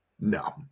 No